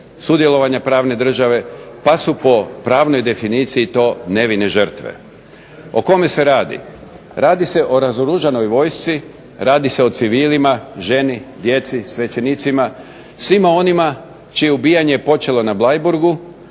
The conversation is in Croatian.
sudjelovanja pravne države, pa su po pravnoj definiciji to nevine žrtve. O kome se radi? Radi se o razoružanoj vojsci, radi se o civilima, ženi, djeci, svećenicima, svima onima čije je ubijanje počelo na Bleiburgu,